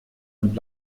und